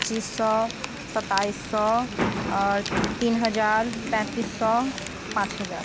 पचीस सओ सताइस सओ अऽ तीन हजार पैँतिस सओ पाँच हजार